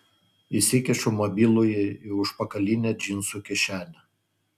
įsikišu mobilųjį į užpakalinę džinsų kišenę